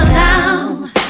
now